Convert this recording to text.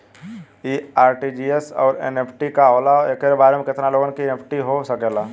इ आर.टी.जी.एस और एन.ई.एफ.टी का होला और एक बार में केतना लोगन के एन.ई.एफ.टी हो सकेला?